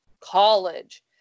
college